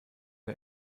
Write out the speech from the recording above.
der